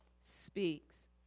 speaks